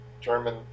German